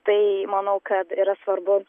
tai manau kad yra svarbu